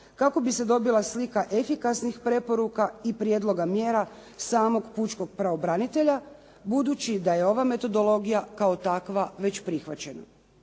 kako bi se dobila slika efikasnih preporuka i prijedloga mjera samog pučkog pravobranitelja, budući da je ova metodologija kao takva već prihvaćena.